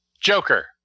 Joker